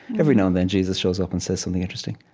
every now and then, jesus shows up and says something interesting